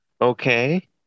Okay